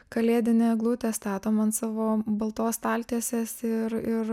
kalėdinę eglutę statom ant savo baltos staltiesės ir ir